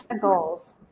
goals